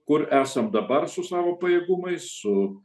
kur esam dabar su savo pajėgumais su